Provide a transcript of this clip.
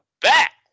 back